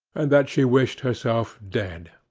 and that she wished herself dead.